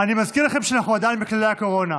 אני מזכיר לכם שאנחנו עדיין בכללי הקורונה.